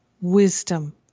wisdom